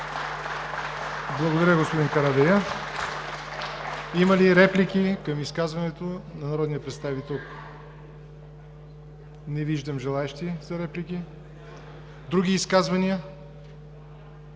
Благодаря, господин Карадайъ. Има ли реплики към изказването на народния представител? Не виждам желаещи за реплики. Други изказвания?